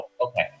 okay